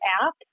app